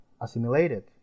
assimilated